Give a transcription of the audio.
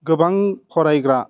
गोबां फरायग्रा